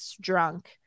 drunk